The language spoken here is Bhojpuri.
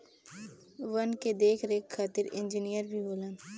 वन के देख रेख खातिर इंजिनियर भी होलन